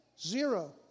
Zero